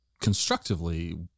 constructively